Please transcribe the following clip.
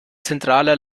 zentraler